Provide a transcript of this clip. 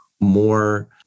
more